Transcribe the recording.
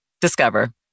Discover